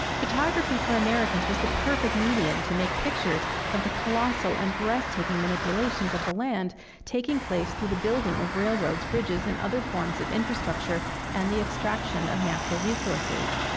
photography for americans was the perfect medium to make pictures of the colossal and breathtaking manipulations of the land taking place through the building of railroads, bridges, and other forms of infrastructure and the extraction of natural resources.